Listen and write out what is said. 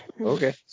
Okay